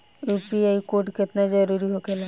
UPI code केतना जरुरी होखेला?